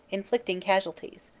inflicting casualties.